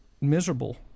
miserable